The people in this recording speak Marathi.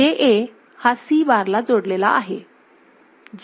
JA हा C हा बारला जोडलेला आहे